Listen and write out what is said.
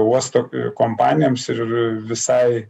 uosto kompanijoms ir visai